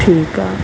ठीकु आहे